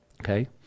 Okay